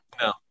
No